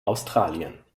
australien